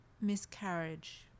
miscarriage